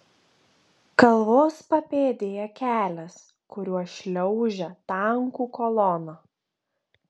kalvos papėdėje kelias kuriuo šliaužia tankų kolona